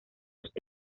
sus